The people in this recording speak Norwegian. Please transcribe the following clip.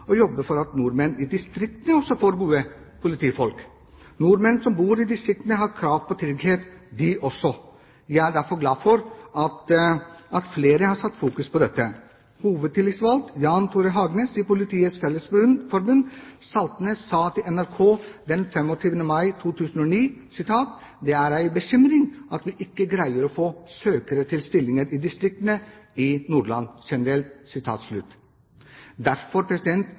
å jobbe for at nordmenn i distriktene også får gode politifolk. Nordmenn som bor i distriktene, har krav på trygghet, de også. Jeg er derfor glad for at flere har satt fokus på dette. Hovedtillitsvalgt Jan Tore Hagnes i Politiets Fellesforbund i Salten sa til NRK 28. mai i fjor: «Det er ei bekymring at vi ikke greier å få søkere til stillinger i distriktene og i Nordland generelt.» Derfor